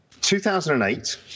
2008